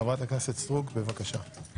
חברת הכנסת סטרוק, בבקשה.